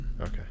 Okay